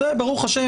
ברוך השם,